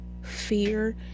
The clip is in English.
fear